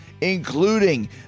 including